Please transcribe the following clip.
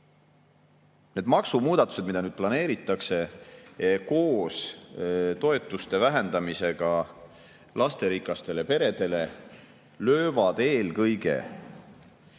Need maksumuudatused, mida nüüd planeeritakse koos toetuste vähendamisega lasterikaste perede jaoks, löövad eelkõige